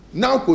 now